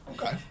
Okay